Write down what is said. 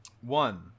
One